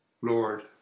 Lord